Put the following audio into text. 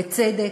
ובצדק,